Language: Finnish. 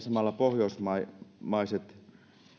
samalla pohjoismaiset